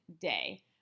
day